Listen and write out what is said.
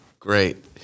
Great